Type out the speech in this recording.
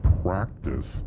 practice